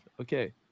Okay